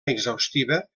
exhaustiva